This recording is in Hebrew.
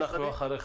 אנחנו אחריך.